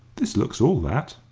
this looks all that.